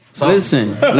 Listen